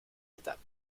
étapes